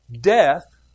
death